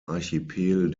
archipel